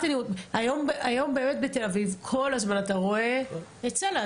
היום בתל אביב כל הזמן אתה רואה את סל"ע.